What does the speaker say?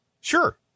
Sure